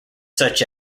such